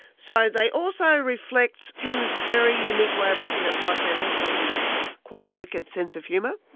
so they also reflect tim's very unique way of looking at life and also his quite wicked sense of humour.